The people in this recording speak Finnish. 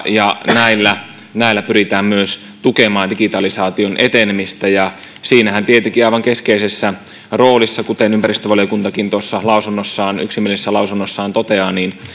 ja näillä näillä pyritään myös tukemaan digitalisaation etenemistä siinähän tietenkin aivan keskeisessä roolissa kuten ympäristövaliokuntakin tuossa yksimielisessä lausunnossaan toteaa on